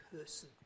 person